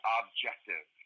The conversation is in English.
objective